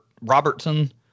Robertson